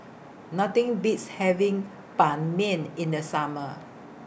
Nothing Beats having Ban Mian in The Summer